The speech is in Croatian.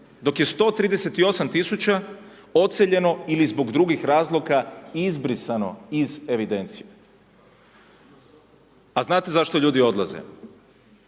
dok je 138.000 odseljeno ili zbog drugih razloga izbrisano iz evidencije. A znate zašto ljudi odlaze?